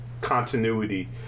continuity